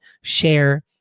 share